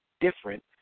different